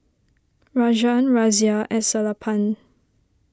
Rajan Razia and Sellapan